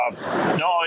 No